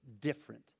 different